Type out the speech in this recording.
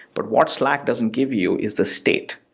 but what slack doesn't give you is the state.